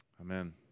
Amen